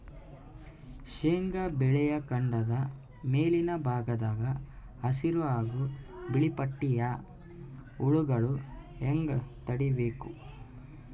ಶೇಂಗಾ ಬೆಳೆಯ ಕಾಂಡದ ಮ್ಯಾಲಿನ ಭಾಗದಾಗ ಹಸಿರು ಹಾಗೂ ಬಿಳಿಪಟ್ಟಿಯ ಹುಳುಗಳು ಹ್ಯಾಂಗ್ ತಡೀಬೇಕು?